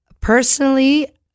personally